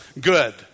good